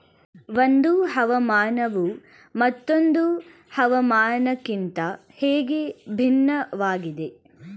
ಒಂದು ಹವಾಮಾನವು ಮತ್ತೊಂದು ಹವಾಮಾನಕಿಂತ ಹೇಗೆ ಭಿನ್ನವಾಗಿದೆ?